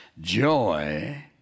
Joy